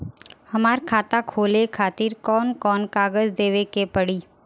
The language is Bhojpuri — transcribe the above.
हमार खाता खोले खातिर कौन कौन कागज देवे के पड़ी?